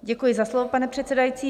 Děkuji za slovo, pane předsedající.